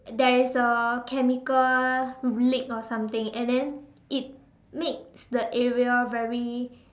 there is a chemical leak or something and then it makes the area very